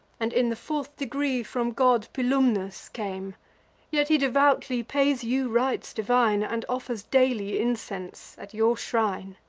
and, in the fourth degree, from god pilumnus came yet he devoutly pays you rites divine, and offers daily incense at your shrine.